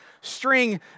string